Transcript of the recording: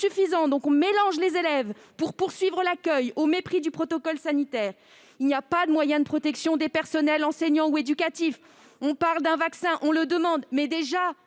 donc on mélange les élèves pour poursuivre l'accueil, au mépris du protocole sanitaire. Il n'y a pas de moyens de protection des personnels enseignants ou éducatifs pourtant en première ligne.